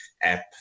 app